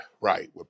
right